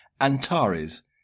Antares